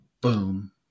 boom